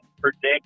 predict